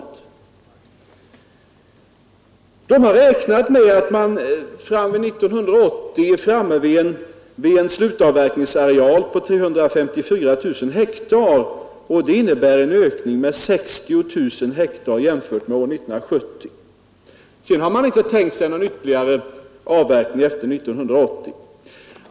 Utredningen har räknat med att man år 1980 är framme vid en slutavverkningsareal på 354 000 hektar. Det innebär en ökning med 60 000 hektar jämfört med år 1970. Sedan har man inte tänkt sig någon ytterligare ökning efter 1980.